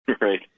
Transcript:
right